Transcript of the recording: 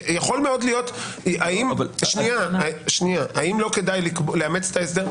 האם לא כדאי לאמץ את ההסדר?